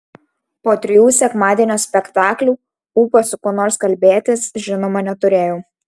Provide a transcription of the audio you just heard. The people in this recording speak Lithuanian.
po trijų sekmadienio spektaklių ūpo su kuo nors kalbėtis žinoma neturėjau